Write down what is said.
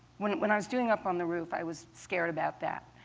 when when i was doing up on the roof, i was scared about that.